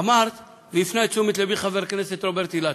אמרת, והפנה את תשומת לבי חבר הכנסת רוברט אילטוב,